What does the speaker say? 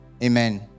Amen